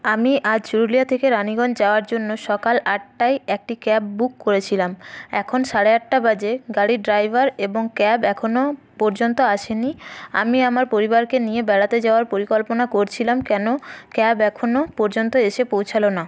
আমি আজ চুরুলিয়া থেকে রানিগঞ্জ যাওয়ার জন্য সকাল আটটায় একটি ক্যাব বুক করেছিলাম এখন সাড়ে আটটা বাজে গাড়ির ড্রাইভার এবং ক্যাব এখনও পর্যন্ত আসেনি আমি আমার পরিবারকে নিয়ে বেড়াতে যাওয়ার পরিকল্পনা করছিলাম কেন ক্যাব এখনও পর্যন্ত এসে পৌঁছালো না